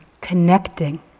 connecting